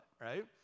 right